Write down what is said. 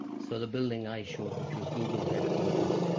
so the building i showed, which was google's headquarters,